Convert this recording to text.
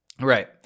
Right